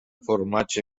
formatge